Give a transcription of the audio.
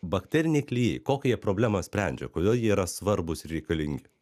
bakteriniai klijai kokią jie problemą sprendžia kodėl jie yra svarbūs ir reikalingi